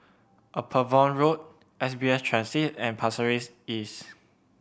Upavon Road S B S Transit and Pasir Ris East